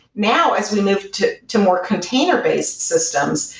now as we move to to more container based systems,